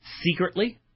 secretly